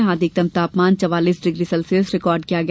यहां अधिकतम तापमान चवालीस डिग्री सेल्सियस रिकार्ड किया गया